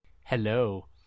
Hello